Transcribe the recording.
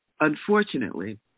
unfortunately